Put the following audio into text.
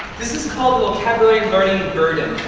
this is called the vocabulary learning burden.